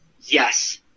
yes